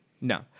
No